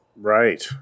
Right